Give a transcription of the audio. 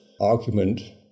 argument